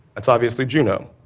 that's obviously juno.